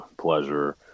pleasure